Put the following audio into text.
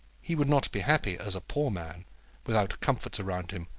he would not be happy as a poor man without comforts around him,